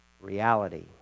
reality